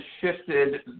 shifted